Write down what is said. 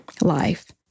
life